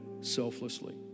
selflessly